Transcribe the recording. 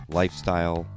lifestyle